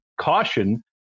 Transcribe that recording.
caution